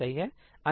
सही है